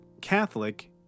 Catholic